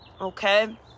Okay